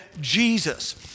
Jesus